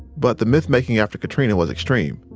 but the mythmaking after katrina was extreme.